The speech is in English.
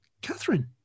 catherine